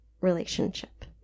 relationship